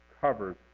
covered